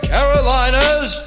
Carolinas